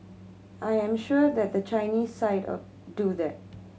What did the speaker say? I am sure that the Chinese side do that